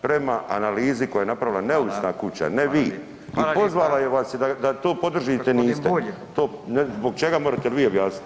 Prema analizi koja je napravila neovisna kuća [[Upadica: Hvala.]] ne vi i pozvala vas [[Upadica: Hvala lijepa.]] da to podržite, niste [[Upadica: G. Bulj.]] to, zbog čega, morate vi objasniti.